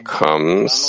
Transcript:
comes